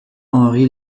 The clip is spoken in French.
henry